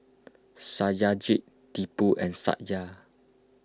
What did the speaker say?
Satyajit Tipu and Satya